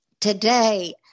today